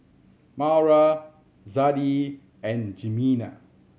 Maura Zadie and Jimena